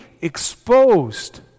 exposed